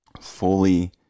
fully